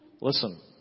Listen